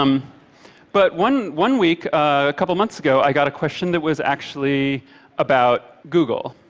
um but one one week, a couple months ago, i got a question that was actually about google.